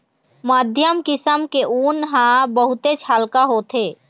मध्यम किसम के ऊन ह बहुतेच हल्का होथे